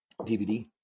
DVD